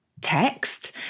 text